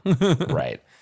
Right